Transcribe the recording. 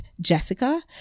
jessica